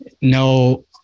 no